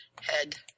head